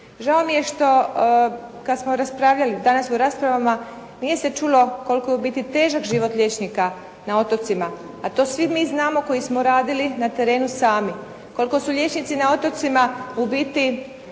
Žao mi je što kada smo raspravljali danas u raspravama, nije se čulo koliko je u biti težak život liječnika na otocima, a to svi mi znamo koji smo radili na terenu sami. Koliko su liječnici na otocima u biti